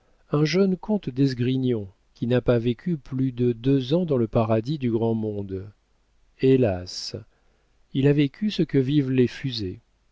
un jeune comte d'esgrignon qui n'a pas vécu plus de deux ans dans le paradis du grand monde hélas il a vécu ce que vivent